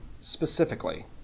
specifically